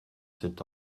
cet